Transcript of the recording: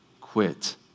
quit